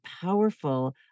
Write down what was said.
powerful